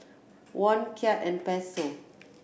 Won Kyat and Peso